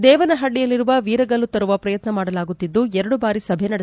ದೇವನಹಳ್ಳಿಯಲ್ಲಿರುವ ವೀರಗಲ್ಲು ತರುವ ಪ್ರಯತ್ನ ಮಾಡಲಾಗುತ್ತಿದ್ದು ಎರಡು ಬಾರಿ ಸಭೆ ನಡೆಸಲಾಗಿದೆ